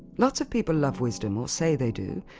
lots of people love wisdom, or say they do,